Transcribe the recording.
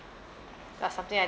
or something like